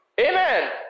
Amen